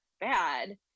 bad